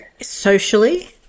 socially